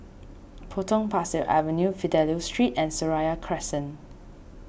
Potong Pasir Avenue Fidelio Street and Seraya Crescent